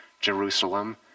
Jerusalem